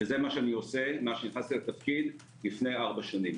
זה מה שאני עושה מאז שנכנסתי לתפקיד לפני ארבע שנים.